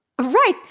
Right